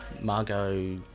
Margot